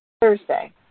Thursday